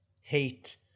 hate